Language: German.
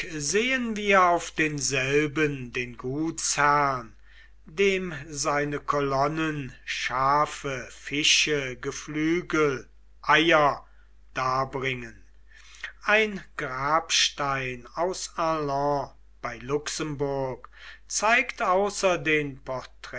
sehen wir auf denselben den gutsherrn dem seine kolonen schafe fische geflügel eier darbringen ein grabstein aus arlon bei luxemburg zeigt außer den